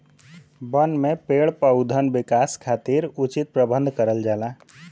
बन में पेड़ पउधन विकास खातिर उचित प्रबंध करल जाला